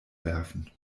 werfen